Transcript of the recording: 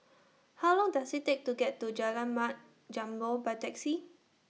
How Long Does IT Take to get to Jalan Mat Jambol By Taxi